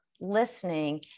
listening